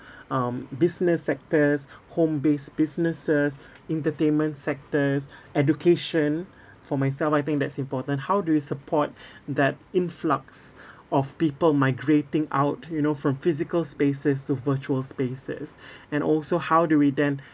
um business sectors home-based businesses entertainment sectors education for myself I think that's important how do you support that influx of people migrating out you know from physical spaces to virtual spaces and also how do we then